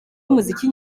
bumuziki